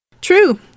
True